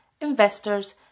investors